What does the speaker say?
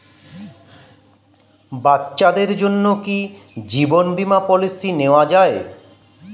বাচ্চাদের জন্য কি জীবন বীমা পলিসি নেওয়া যায়?